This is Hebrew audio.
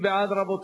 רבותי, מי בעד?